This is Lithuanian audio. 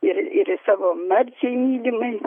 ir savo marčiai mylimai